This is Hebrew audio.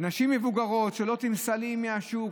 נשים מבוגרות שעולות עם סלים מהשוק,